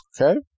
Okay